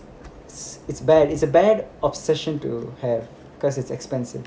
it's it's bad is a bad obsession to have because it's expensive